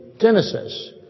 Genesis